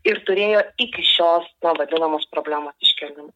ir turėjo iki šios na vadinamos problemos iškėlimo